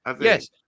Yes